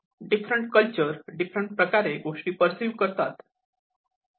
different culture different प्रकारे गोष्टी perceive करतात